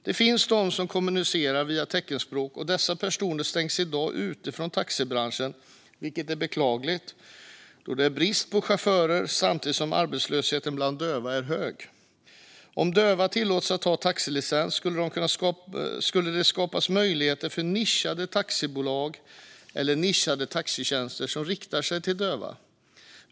De som kommunicerar via teckenspråk stängs i dag ute från taxibranschen, vilket är beklagligt då det är brist på chaufförer samtidigt som arbetslösheten bland döva är hög. Om döva tillåts ta taxilicens skulle det skapa möjlighet för nischade taxibolag eller nischade taxitjänster som riktar sig till döva.